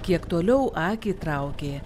kiek toliau akį traukė